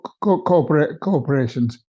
corporations